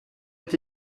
est